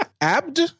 Abd